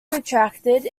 retracted